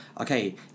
okay